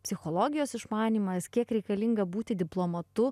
psichologijos išmanymas kiek reikalinga būti diplomatu